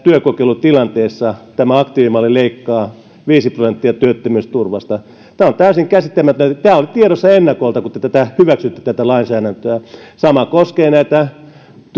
työkokeilutilanteessa tämä aktiivimalli leikkaa viisi prosenttia työttömyysturvasta tämä on täysin käsittämätöntä tämä oli tiedossa ennakolta kun te hyväksyitte tätä lainsäädäntöä sama koskee näitä